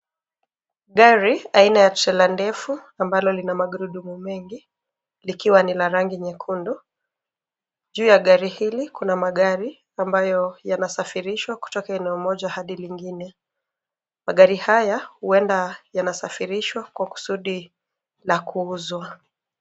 Gari, aina ya trela ndefu ambalo lina magurudumu mengi, likiwa lina rangi nyekundu, juu ya gari hili kuna magari, ambayo yanasafirishwa kutoka eneo moja hadi lingine, magari haya, huenda, yanasafirishwa kwa kusudi, na kuuzwa.